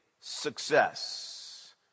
success